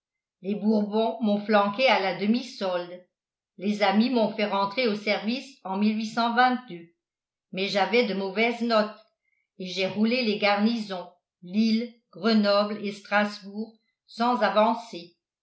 les bourbons m'ont flanqué à la demi-solde les amis m'ont fait rentrer au service en mais j'avais de mauvaises notes et j'ai roulé les garnisons lille grenoble et strasbourg sans avancer